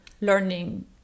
learning